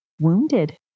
wounded